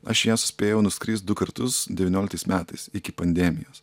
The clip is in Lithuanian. aš į ją suspėjau nuskrist du kartus devynioliktais metais iki pandemijos